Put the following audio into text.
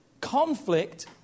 Conflict